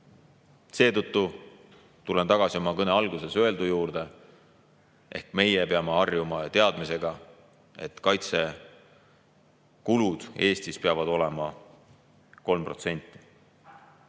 Seetõttu tulen tagasi oma kõne alguses öeldu juurde. Meie peame harjuma teadmisega, et kaitsekulud Eestis peavad olema 3%. Hea